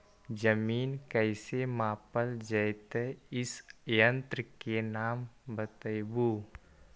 जमीन कैसे मापल जयतय इस यन्त्र के नाम बतयबु?